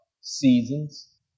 Seasons